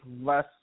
less